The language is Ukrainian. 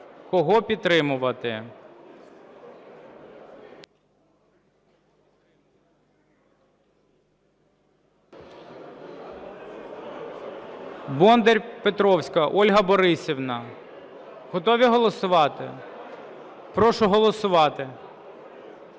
кого підтримувати. Бондар-Петровська Ольга Борисівна. Готові голосувати? Прошу голосувати.